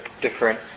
different